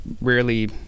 rarely